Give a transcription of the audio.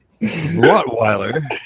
Rottweiler